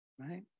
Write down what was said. right